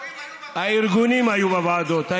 ההורים היו בוועדות.